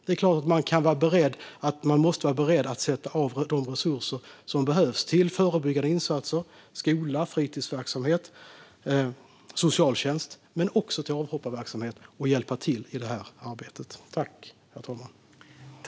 Det är klart att man måste vara beredd att sätta av de resurser som behövs till förebyggande insatser, skola, fritidsverksamhet och socialtjänst men också till avhopparverksamhet för att hjälpa till i det här arbetet.